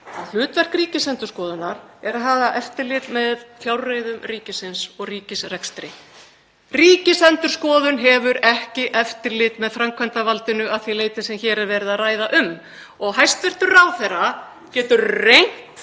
hlutverk Ríkisendurskoðunar er að hafa eftirlit með fjárreiðum ríkisins og ríkisrekstri. Ríkisendurskoðun hefur ekki eftirlit með framkvæmdarvaldinu að því leyti sem hér er verið að ræða um. Hæstv. ráðherra getur reynt